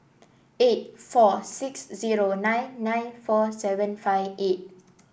eight four six zero nine nine four seven five eight